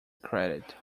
credit